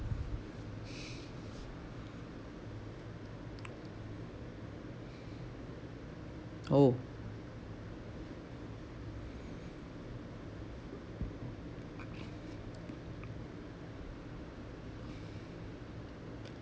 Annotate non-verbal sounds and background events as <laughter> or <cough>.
<noise> oh <noise>